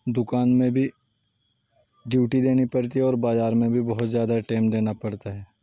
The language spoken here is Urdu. دکان میں بھی ڈیوٹی دینی پڑتی ہے اور بازار میں بھی بہت زیادہ ٹیم دینا پڑتا ہے